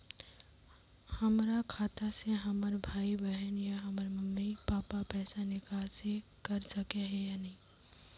हमरा खाता से हमर भाई बहन या हमर मम्मी पापा पैसा निकासी कर सके है या नहीं?